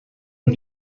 nur